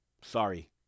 Sorry